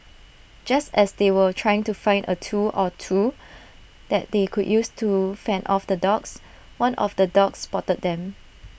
just as they were trying to find A tool or two that they could use to fend off the dogs one of the dogs spotted them